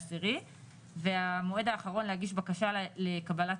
ל-31.10 והמועד האחרון להגיש בקשה לקבלת